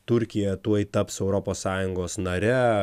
turkija tuoj taps europos sąjungos nare